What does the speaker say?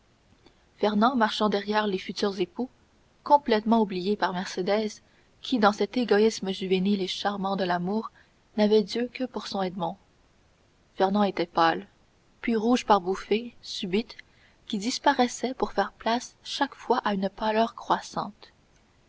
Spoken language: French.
fernand marchant derrière les futurs époux complètement oublié par mercédès qui dans cet égoïsme juvénile et charmant de l'amour n'avait d'yeux que pour son edmond fernand était pâle puis rouge par bouffées subites qui disparaissaient pour faire place chaque fois à une pâleur croissante